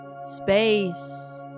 Space